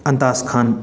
ꯑꯟꯇꯥꯁ ꯈꯥꯟ